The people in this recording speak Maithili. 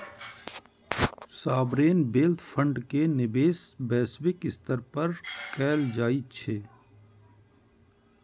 सॉवरेन वेल्थ फंड के निवेश वैश्विक स्तर पर कैल जाइ छै